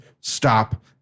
stop